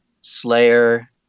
Slayer